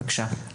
בבקשה.